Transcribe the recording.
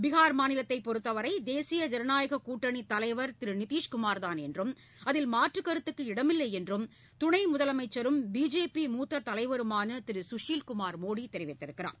பீகார் மாநிலத்தை பொருத்தவரை தேசிய ஜனநாயக கூட்டணி தலைவர் திரு நிதிஷ் குமார்தான் என்றும் அதில் மாற்றுக்கருத்துக்கு இடமில்லை என்றும் துணை முதலமைச்சரும் பிஜேபி மூத்த தலைவருமான திரு சுஷில்குமார் மோடி தெரிவித்தார்